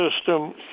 system